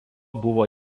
buvo